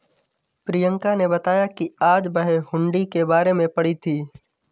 प्रियंका ने बताया कि आज वह हुंडी के बारे में पढ़ी थी